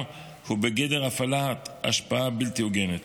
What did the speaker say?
הוא בגדר הפעלת השפעה בלתי הוגנת.